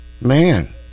Man